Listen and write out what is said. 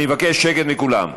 אני אבקש שקט מכולם.